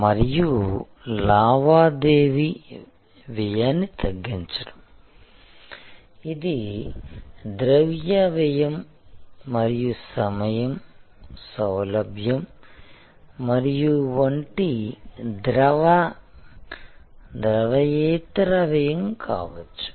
మరియు లావాదేవీ వ్యయాన్ని తగ్గించడం ఇది ద్రవ్య వ్యయం మరియు సమయం సౌలభ్యం మరియు వంటి ద్రవ యేతర వ్యయం కావచ్చు